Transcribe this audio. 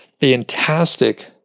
fantastic